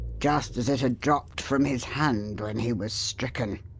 just as it had dropped from his hand when he was stricken.